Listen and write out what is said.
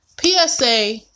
PSA